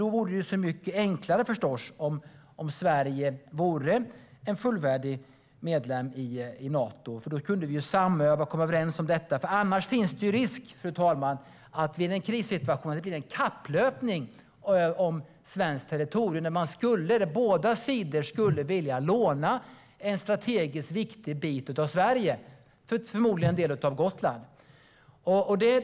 Då vore det förstås mycket enklare om Sverige var fullvärdig medlem i Nato. Då skulle vi kunna samöva och komma överens om detta. Vid en krissituation finns det annars risk för att det blir kapplöpning om svenskt territorium. Båda sidor skulle vilja låna en strategiskt viktig bit av Sverige, förmodligen en del av Gotland.